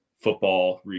football